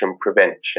prevention